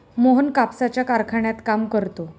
मोहन कापसाच्या कारखान्यात काम करतो